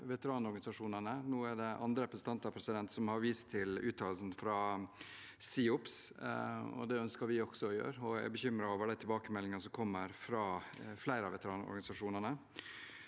Nå er det andre representanter som har vist til uttalelsen fra SIOPS, og det ønsker vi også å gjøre. Jeg er bekymret over de tilbakemeldingene som kommer fra flere av veteranorganisasjonene.